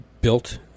built